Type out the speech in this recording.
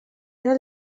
era